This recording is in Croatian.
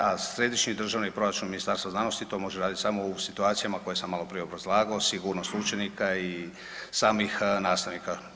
A Središnji državni proračun Ministarstva znanosti to može raditi samo u situacijama koje sam maloprije obrazlagao, sigurnost učenika i samih nastavnika.